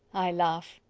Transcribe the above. i laugh.